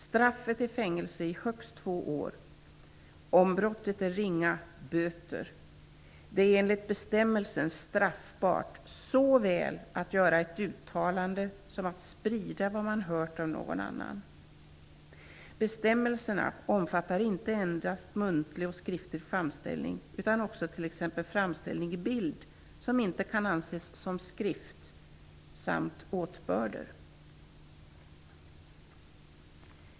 Straffet är fängelse i högst två år eller, om brottet är ringa, böter. Det är enligt bestämmelsen straffbart såväl att göra ett uttalande som att sprida vad man hört av någon annan. Bestämmelsen omfattar inte endast muntlig och skriftlig framställning utan även t.ex. framställning i bild som inte kan anses som skrift samt åtbörder.''